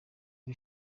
ubu